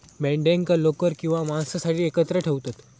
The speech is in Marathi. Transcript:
मेंढ्यांका लोकर किंवा मांसासाठी एकत्र ठेवतत